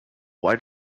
why